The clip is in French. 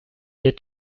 est